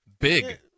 big